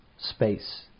space